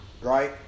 Right